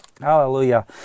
hallelujah